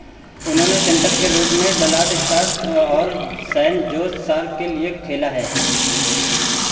उन्होंने सेंटर के रूप में डलास स्टार्स और सैन जोस शार्क के लिए खेला है